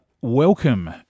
welcome